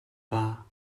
wahr